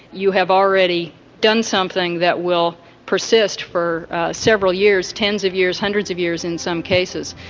you have already done something that will persist for several years, tens of years, hundreds of years in some cases.